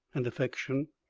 and affection!